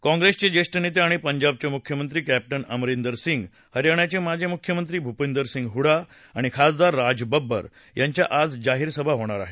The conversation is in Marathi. काँग्रिसचे ज्येष्ठ नेते आणि पंजाबचे मुख्यमंत्री केंप्टन अमरिंदर सिंग हरयाणाचे माजी मुख्यमंत्री भूपिदरसिंग हुडा आणि खासदार राज बब्बर यांच्या आज जाहीरसभा होणार आहेत